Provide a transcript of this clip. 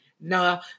No